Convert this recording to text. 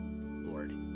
Lord